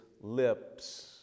lips